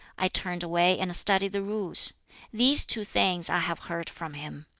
i turned away and studied the rules these two things i have heard from him.